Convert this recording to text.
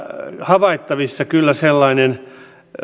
havaittavissa kyllä sellainen